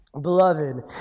Beloved